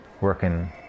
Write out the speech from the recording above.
working